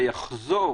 זה יחזור